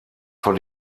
von